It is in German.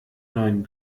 neuen